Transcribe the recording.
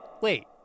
Wait